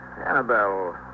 Annabelle